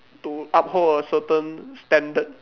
to uphold a certain standard